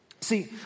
See